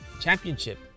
championship